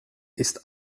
ist